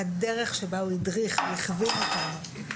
הדרך שבה הוא הדריך והכווין אותנו,